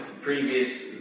previous